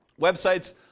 websites